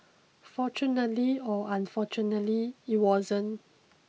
fortunately or unfortunately it wasn't